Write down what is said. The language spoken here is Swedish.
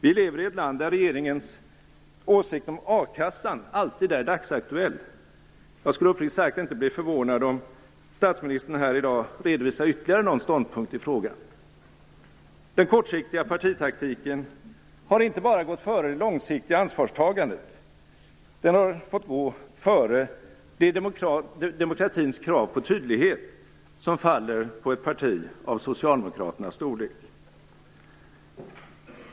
Vi lever i ett land där regeringens åsikt om a-kassan alltid är dagsaktuell - jag skulle uppriktigt sagt inte bli förvånad om statsministern här i dag redovisade ytterligare någon ståndpunkt i frågan. Den kortsiktiga partitaktiken har inte bara gått före det långsiktiga ansvarstagandet, den har fått gå före det demokratins krav på tydlighet som faller på ett parti av Socialdemokraternas storlek.